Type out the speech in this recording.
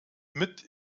mit